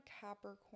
Capricorn